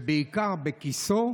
ובעיקר בכיסו,